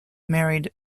married